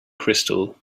crystal